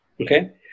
Okay